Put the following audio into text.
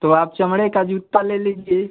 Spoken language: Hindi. तो आप चमड़े का जूता ले लीजिए